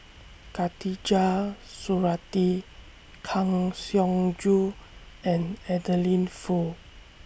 Khatijah Surattee Kang Siong Joo and Adeline Foo